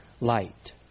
light